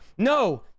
no